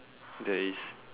there is